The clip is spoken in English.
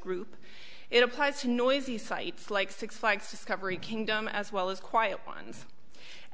group it applies to noisy sites like six flags discovery kingdom as well as quiet ones